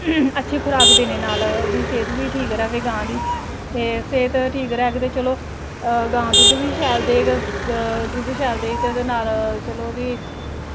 अच्छी खराक देने नाल ओह्दी सेह्त बी ठीक र'वै गांऽ दी ते सेह्त ठीक रैह्ग ते चलो गांऽ दुद्ध बी शैल देग ते दुद्ध शैल देग ते ओह्दे नाल चलो एह्दी